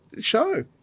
show